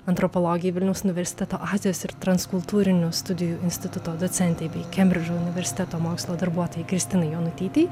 antropologei vilniaus universiteto azijos ir transkultūrinių studijų instituto docentei bei kembridžo universiteto mokslo darbuotojai kristinai jonutytei